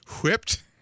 whipped